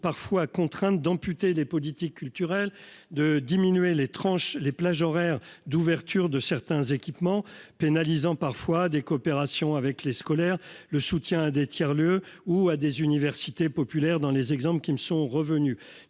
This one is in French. parfois contrainte d'amputer des politiques culturelles de diminuer les tranches les plages horaires d'ouverture de certains équipements pénalisant parfois des coopérations avec les scolaires, le soutien à des tiers lieux ou à des universités populaires dans les exemples qui me sont revenus,